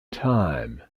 time